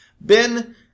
Ben